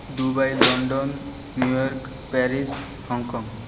Dubai London New York Paris Hong Kong